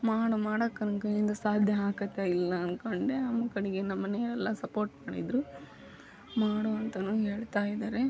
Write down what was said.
ಮಾಡು ಮಾಡೋಕೆ ನನ್ನ ಕೈಯ್ಯಿಂದ ಸಾಧ್ಯ ಆಗುತ್ತಾ ಇಲ್ಲ ಅಂದ್ಕೊಂಡೆ ಆಮೇಲೆ ಕಡೆಗೆ ನಮ್ಮನೆಯೋರೆಲ್ಲ ಸಪೋರ್ಟ್ ಮಾಡಿದರು ಮಾಡು ಅಂತ ನನಗೆ ಹೇಳ್ತಾಯಿದ್ದಾರೆ